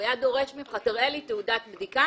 הוא היה דורש ממך: תראה לי תעודת בדיקה.